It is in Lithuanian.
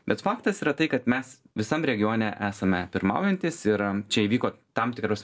bet faktas yra tai kad mes visam regione esame pirmaujantys ir čia įvyko tam tikros